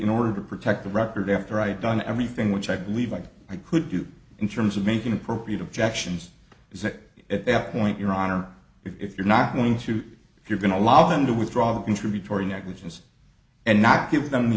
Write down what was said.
in order to protect the record after i had done everything which i believe i could do in terms of making appropriate objections is that at every point your honor if you're not going to if you're going to allow them to withdraw contributory negligence and not give them the